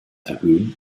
erhöhen